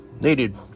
needed